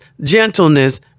gentleness